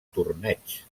torneig